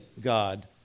God